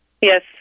Yes